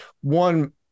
one